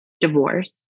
divorce